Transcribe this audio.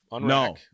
No